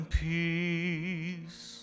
peace